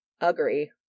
Agree